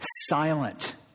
silent